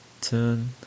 turn